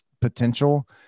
potential